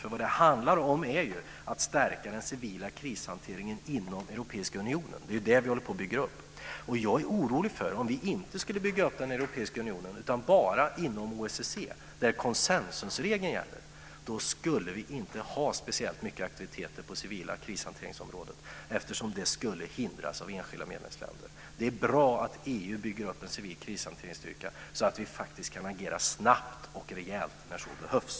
Men vad det handlar om är att stärka den civila krishanteringen inom den europeiska unionen. Det är den vi håller på att bygga upp. Om vi inte skulle bygga upp krishanteringen inom den europeiska unionen utan bara inom OSSE, där konsensusregeln gäller, skulle vi inte ha speciellt mycket aktiviteter på det civila krishanteringsområdet, eftersom det skulle hindras av enskilda medlemsländer. Det är bra att EU bygger upp en civil krishanteringsstyrka så att vi kan agera snabbt och rejält när så behövs.